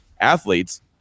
athletes